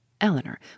Eleanor